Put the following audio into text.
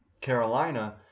Carolina